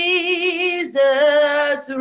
Jesus